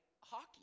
hockey